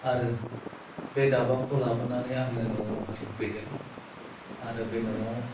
आरो बे दाबाखौ लाबोनानै आङो न'वावहाय होफैदों आरो बे न'वाव